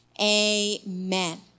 Amen